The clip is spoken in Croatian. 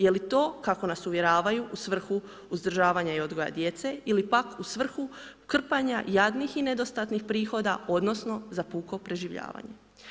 Jeli to kako nas uvjeravaju u svrhu uzdržavanja i odgoja djece ili pak u svrhu krpanja jadnih i nedostatnih prihoda odnosno za puko preživljavanje.